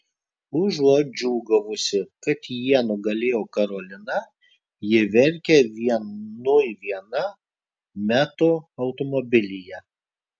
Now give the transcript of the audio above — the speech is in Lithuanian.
užuot džiūgavusi kad jie nugalėjo karoliną ji verkia vienui viena meto automobilyje